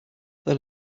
the